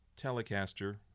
Telecaster